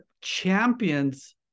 champions